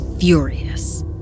furious